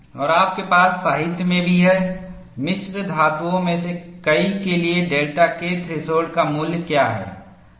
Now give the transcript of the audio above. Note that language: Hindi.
और आपके पास साहित्य में भी है मिश्र धातुओं में से कई के लिए डेल्टा K थ्रेशोल्ड का मूल्य क्या है